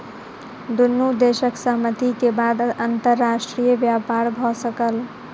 दुनू देशक सहमति के बाद अंतर्राष्ट्रीय व्यापार भ सकल